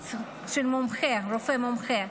לייעוץ של רופא מומחה,